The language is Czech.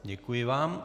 Děkuji vám.